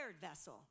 vessel